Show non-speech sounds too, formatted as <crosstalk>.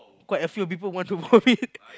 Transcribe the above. quite a few people want to go in <laughs>